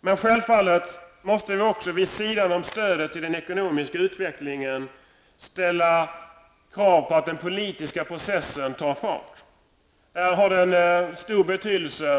Vi måste självfallet också vid sidan av stöd till den ekonomiska utvecklingen ställa krav på att den politiska processen tar fart. Det utbyte som i dag finns har stor betydelse,